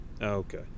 okay